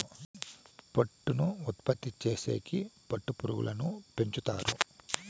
పట్టును ఉత్పత్తి చేసేకి పట్టు పురుగులను పెంచుతారు